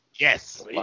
Yes